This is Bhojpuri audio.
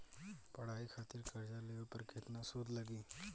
पढ़ाई खातिर कर्जा लेवे पर केतना सूद लागी?